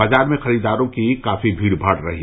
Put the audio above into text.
बाजार में खरीदारों की काफी भीड़भाड़ रही